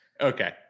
Okay